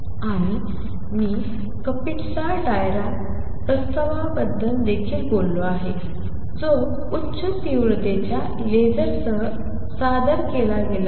आणि मी Kapitza Dirac प्रस्तावाबद्दल देखील बोललो आहे जो उच्च तीव्रतेच्या लेझरसह सादर केला गेला आहे